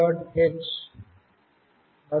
h